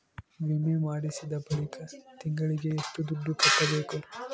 ವಿಮೆ ಮಾಡಿಸಿದ ಬಳಿಕ ತಿಂಗಳಿಗೆ ಎಷ್ಟು ದುಡ್ಡು ಕಟ್ಟಬೇಕು?